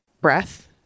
breath